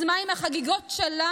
אז מה אם החגיגות שלנו,